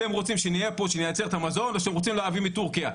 אתם רוצים שנהיה פה ונייצר את המזון או שאתם רוצים לייבא מטורקיה,